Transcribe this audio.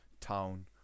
town